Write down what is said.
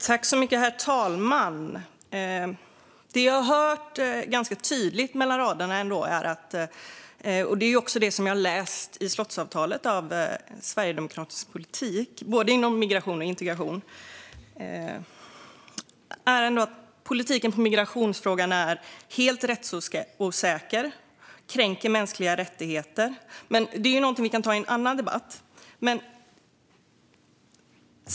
Herr talman! Det som är ganska tydligt mellan raderna - och det är också den sverigedemokratiska politik inom migration och integration som jag har läst om i slottsavtalet - är att politiken när det gäller migrationsfrågan är helt rättsosäker och kränker mänskliga rättigheter. Det är dock någonting som vi kan ta i en annan debatt.